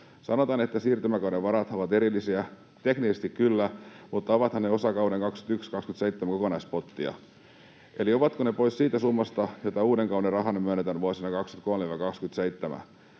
Sanotaan, että siirtymäkauden varat ovat erillisiä — teknisesti kyllä, mutta ovathan ne osa kauden 21—27 kokonaispottia. Eli ovatko ne pois siitä summasta, jota uuden kauden rahana myönnetään vuosina 23—27?